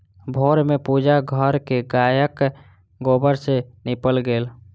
भोर में पूजा घर के गायक गोबर सॅ नीपल गेल